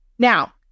Now